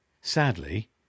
Sadly